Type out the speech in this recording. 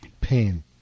pain